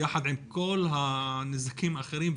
יחד עם כל הנזקים האחרים,